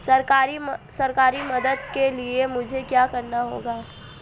सरकारी मदद के लिए मुझे क्या करना होगा?